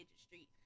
street